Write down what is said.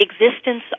existence